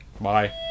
Bye